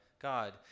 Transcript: God